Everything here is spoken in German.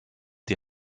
die